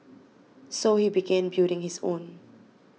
so he began building his own